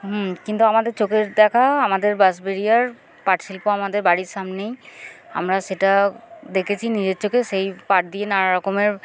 হুম কিন্তু আমাদের চোখের দেখা আমাদের বাঁশবেড়িয়ার পাট শিল্প আমাদের বাড়ির সামনেই আমরা সেটা দেখেছি নিজের চোখে সেই পাট দিয়ে নানা রকমের